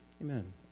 Amen